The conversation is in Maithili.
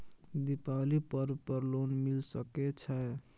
दीपावली पर्व पर लोन मिल सके छै?